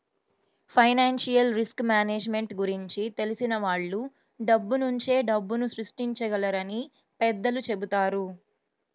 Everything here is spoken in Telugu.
ఫైనాన్షియల్ రిస్క్ మేనేజ్మెంట్ గురించి తెలిసిన వాళ్ళు డబ్బునుంచే డబ్బుని సృష్టించగలరని పెద్దలు చెబుతారు